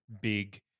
big